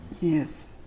Yes